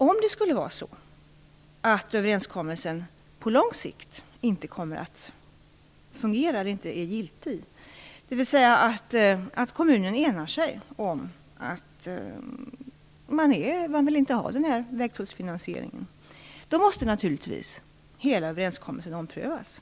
Om överenskommelsen på lång sikt inte kommer att fungera eller inte är giltig - dvs. om kommunerna enar sig om att man inte vill ha vägtullsfinansiering - då måste naturligtvis hela överenskommelsen omprövas.